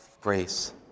grace